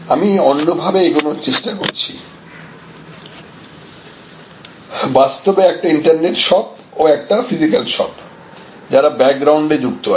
আমি অন্যভাবে এগোনোর চেষ্টা করছি বাস্তবে একটি ইন্টারনেট শপ ও একটি ফিজিক্যাল শপ যারা ব্যাকগ্রাউন্ডে যুক্ত আছে